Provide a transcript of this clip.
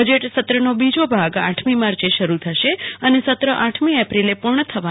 budget સત્રનો બીજો ભાગ આઠમી માર્ચે શરૂ થશે અને સત્ર આઠમી એપ્રિલે પૂર્ણ થવાની સંભાવના છે